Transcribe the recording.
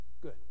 Good